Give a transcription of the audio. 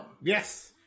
Yes